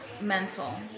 mental